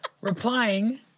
Replying